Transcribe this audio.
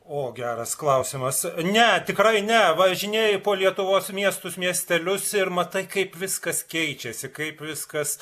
o geras klausimas ne tikrai ne važinėju po lietuvos miestus miestelius ir matai kaip viskas keičiasi kaip viskas